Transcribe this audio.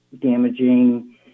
damaging